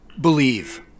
believe